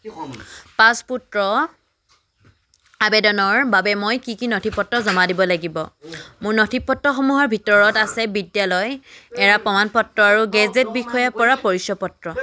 পাছপৰ্টৰ আবেদনৰ বাবে মই কি কি নথিপত্ৰ জমা দিব লাগিব মোৰ নথিপত্ৰসমূহৰ ভিতৰত আছে বিদ্যালয় এৰাৰ প্ৰমাণপত্ৰ আৰু গেজেটেড বিষয়াৰপৰা পৰিচয় পত্ৰ